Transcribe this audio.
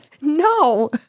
No